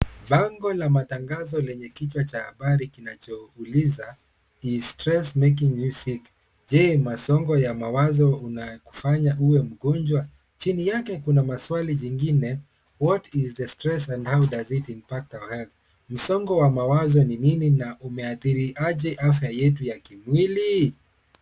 Bango la matangazo lenye kichwa cha habari kinachouliza, Is stress making you sick? Je, masongo ya mawazo unakufanya uwe mgonjwa? Chini yake kuna maswali jingine, What is the stress and how does it impact our health? Msongo wa mawazo ni nini na umeathiri aje afya yetu ya kimwili?